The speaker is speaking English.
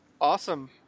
Awesome